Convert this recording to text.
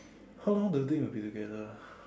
how long do you think we'll be together ah